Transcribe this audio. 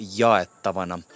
jaettavana